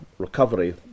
recovery